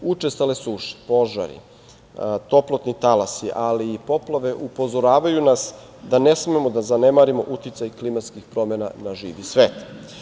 Učestale suše, požari, toplotni talasi, ali i poplave upozoravaju nas da ne smemo da zanemarimo uticaj klimatskih promena na živi svet.